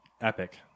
Epic